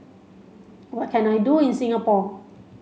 what can I do in Singapore